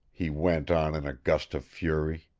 he went on in a gust of fury.